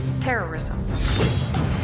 Terrorism